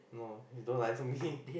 no you don't lie to me